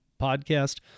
podcast